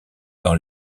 dans